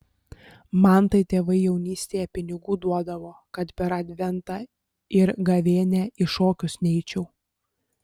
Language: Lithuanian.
man tai tėvai jaunystėje pinigų duodavo kad per adventą ir gavėnią į šokius neičiau